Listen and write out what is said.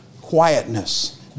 quietness